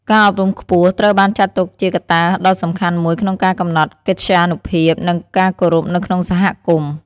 ការអប់រំខ្ពស់ត្រូវបានចាត់ទុកជាកត្តាដ៏សំខាន់មួយក្នុងការកំណត់កិត្យានុភាព និងការគោរពនៅក្នុងសហគមន៍។